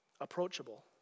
approachable